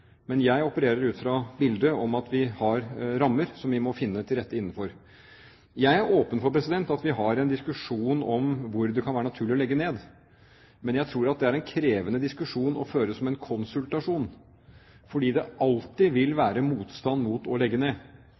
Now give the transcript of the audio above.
men jeg opererer ut fra det bildet at vi har rammer som vi må finne oss til rette innenfor. Jeg er åpen for at vi har en diskusjon om hvor det kan være naturlig å legge ned, men jeg tror at det er en krevende diskusjon å føre som en konsultasjon, fordi det alltid vil være motstand mot å legge ned.